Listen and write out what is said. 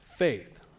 faith